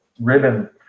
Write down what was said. ribbon